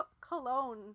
Cologne